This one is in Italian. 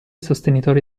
sostenitori